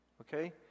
okay